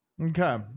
Okay